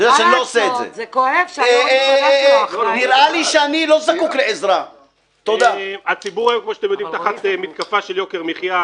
כמו שאתם יודעים, הציבור תחת מתקפה של יוקר מחיה.